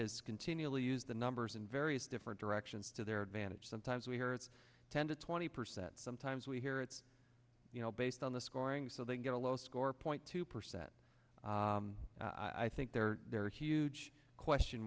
has continually used the numbers in various different directions to their advantage sometimes we hear it's ten to twenty percent sometimes we hear it's you know based on the scoring so they get a low score point two percent i think there are huge question